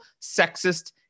sexist